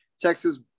Texas